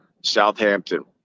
Southampton